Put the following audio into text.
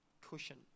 cushion